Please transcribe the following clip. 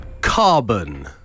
Carbon